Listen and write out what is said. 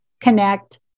connect